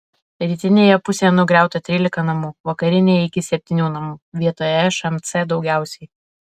rytinėje pusėje nugriauta trylika namų vakarinėje iki septynių namų vietoje šmc daugiausiai